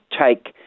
take